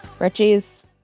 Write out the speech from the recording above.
Richie's